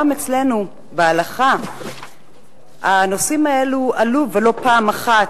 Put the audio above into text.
גם אצלנו בהלכה הנושאים האלה עלו, ולא פעם אחת.